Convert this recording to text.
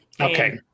Okay